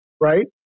right